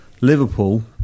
Liverpool